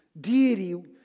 deity